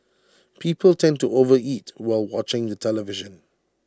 people tend to overeat while watching the television